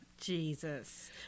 Jesus